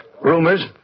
Rumors